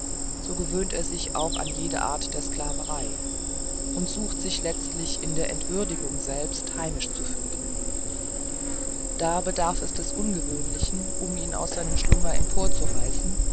so gewöhnt er sich auch an jede art der sclaverei und sucht sich zuletzt in der entwürdigung selbst heimisch zu fühlen da bedarf es des ungewöhnlichen um ihn aus seinem schlummer emporzureißen